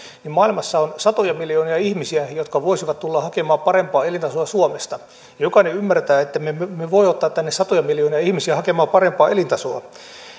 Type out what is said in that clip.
maailmassa on satoja miljoonia ihmisiä jotka voisivat tulla hakemaan parempaa elintasoa suomesta jokainen ymmärtää ettemme me voi ottaa tänne satoja miljoonia ihmisiä hakemaan parempaa elintasoa